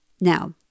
Now